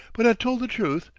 but had told the truth,